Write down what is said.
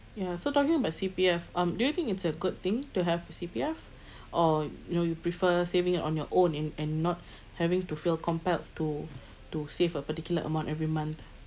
ya so talking about C_P_F um do you think it's a good thing to have C_P_F or you know you prefer saving on your own and and not having to feel compelled to to save a particular amount every month